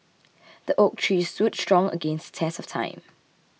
the oak tree stood strong against the test of time